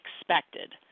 expected